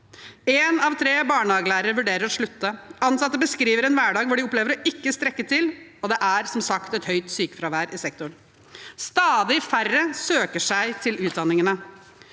Én av tre barnehagelærere vurderer å slutte. Ansatte beskriver en hverdag hvor de opplever ikke å strekke til, og det er som sagt et høyt sykefravær i sektoren. Stadig færre søker seg til utdanningene.